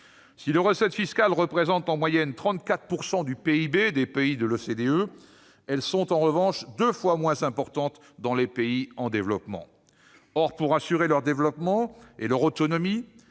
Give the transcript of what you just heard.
Si les recettes fiscales représentent en moyenne 34 % du PIB des pays de l'OCDE, leur poids est deux fois moins important dans les pays en développement. Or, pour assurer leur développement et leur autonomie,